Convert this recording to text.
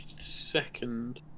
second